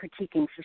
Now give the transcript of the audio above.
critiquing